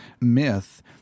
myth